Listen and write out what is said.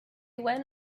went